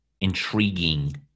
intriguing